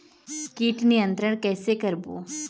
कीट नियंत्रण कइसे करबो?